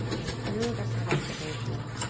and through this investigation,